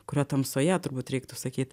kurio tamsoje turbūt reiktų sakyt